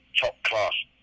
top-class